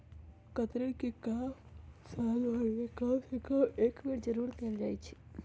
कतरन के काम साल भर में कम से कम एक बेर जरूर कयल जाई छै